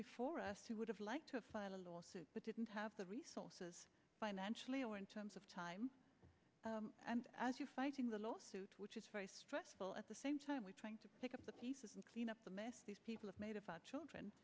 before us too would have liked to file a lawsuit but didn't have the resources financially or in terms of time and as you fighting the lawsuit which is very stressful at the same time we're trying to pick up the pieces and clean up the mess these people have made of children